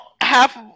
Half